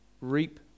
reap